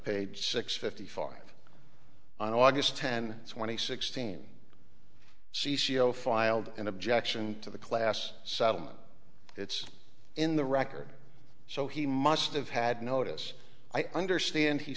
page six fifty four on august ten twenty sixteen she she oh filed an objection to the class so it's in the record so he must have had notice i understand he